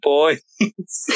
Boys